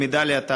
במדליית הארד,